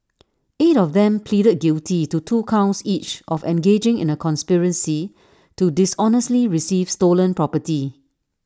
eight of them pleaded guilty to two counts each of engaging in A conspiracy to dishonestly receive stolen property